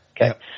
Okay